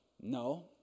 No